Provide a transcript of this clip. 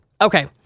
Okay